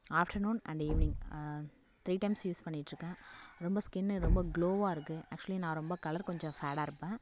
afternoon and evening three times use பண்ணிட்டிருக்கேன் ரொம்ப skin ரொம்ப கிளோவாக இருக்குது ஆக்சுவலி நான் ரொம்ப கலர் கொஞ்சம் ஃபேடாக இருப்பேன்